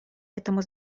этому